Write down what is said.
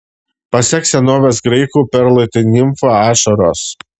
pasak senovės graikų perlai tai nimfų ašaros